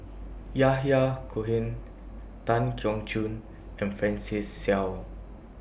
Yahya Cohen Tan Keong Choon and Francis Seow